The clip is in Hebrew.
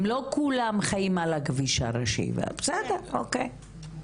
הם לא כולם חיים על הכביש הראשי, בסדר אוקיי.